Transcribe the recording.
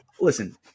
Listen